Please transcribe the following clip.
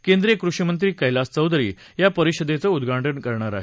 केंद्रीय कृषीमंत्री कैलास चौधरी या परिषदेचं उद्घाटन करणार आहेत